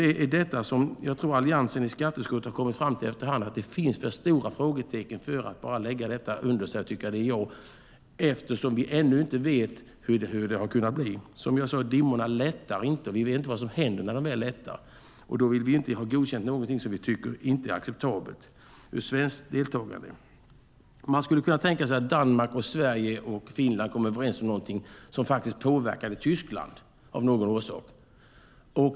Det är detta som jag tror att Alliansen i skatteutskottet kommer fram till efter hand. Det finns för stora frågetecken för att bara lägga detta under sig, eftersom vi ännu inte vet hur det skulle kunna bli. Som jag sade, dimman lättar inte, vi vet inte vad som händer när den väl lättar. Då vill vi inte ha godkänt någonting som vi tycker inte är acceptabelt för svenskt deltagande. Man skulle kunna tänka sig att Danmark, Sverige och Finland kom överens om någonting som faktiskt påverkar Tyskland av någon orsak.